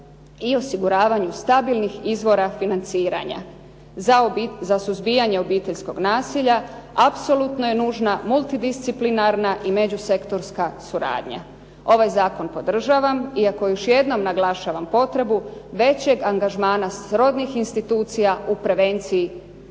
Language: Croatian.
i osiguravanju stabilnih izvora financiranja. Za suzbijanje obiteljskog nasilja apsolutno je nužna multidisciplinarna i međusektorska suradnja. Ovaj zakon podržavam, iako još jednom naglašavam potrebu većeg angažmana srodnih institucija u prevenciji